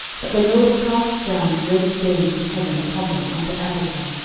that the lord cast down great stones from heaven upon them unto azekah,